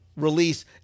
release